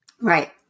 Right